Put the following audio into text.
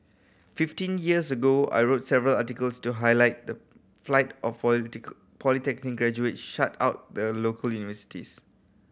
fifteen years ago I wrote several articles to highlight the flight of polytech polytech in graduation shut out the local universities